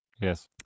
Yes